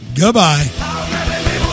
Goodbye